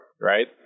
right